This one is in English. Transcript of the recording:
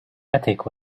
attic